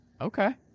Okay